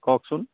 কওকচোন